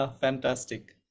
fantastic